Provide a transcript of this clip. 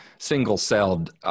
single-celled